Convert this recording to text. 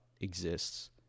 exists